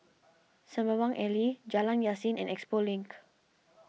Sembawang Alley Jalan Yasin and Expo Link